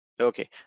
okay